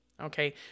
Okay